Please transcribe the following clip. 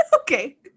okay